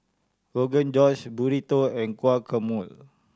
Rogan Josh Burrito and Guacamole